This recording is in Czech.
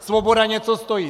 Svoboda něco stojí!